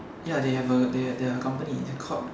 ya they have a they are they are a company called